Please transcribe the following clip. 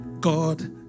God